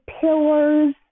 pillars